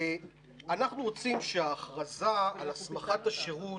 אנחנו רוצים שההכרזה על הסמכת השירות